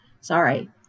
sorry